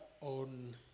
on